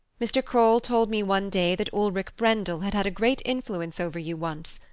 mr. kroll told me one day that ulrik brendel had had a great influence over you once,